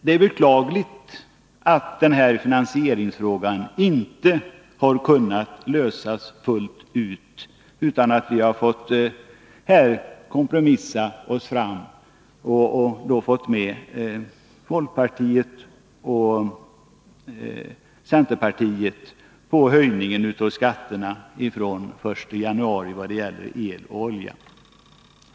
Det är beklagligt att finansieringsfrågan inte har kunnat lösas fullt ut utan att vi har fått kompromissa oss fram och då fått med folkpartiet och centerpartiet på höjning av skatterna från den 1 januari vad gäller el och olja.